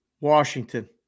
Washington